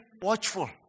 watchful